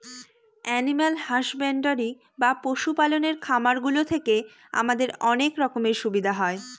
animal husbandry বা পশু পালনের খামার গুলো থেকে আমাদের অনেক রকমের সুবিধা হয়